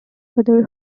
other